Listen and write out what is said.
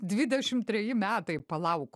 dvidešimt treji metai palauk